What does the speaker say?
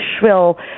shrill